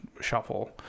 Shuffle